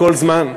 בכל זמן,